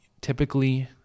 Typically